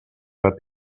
but